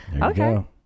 Okay